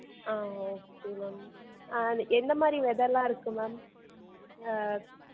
ஆ okay ma'am எந்த மாதிரி வெதைலாம் இருக்குது மேம்